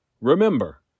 Remember